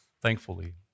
thankfully